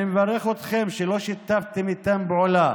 אני מברך אתכם שלא שיתפתם איתם פעולה